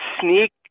sneak